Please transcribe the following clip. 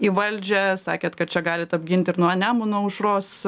į valdžią sakėt kad čia galit atgint ir nuo nemuno aušros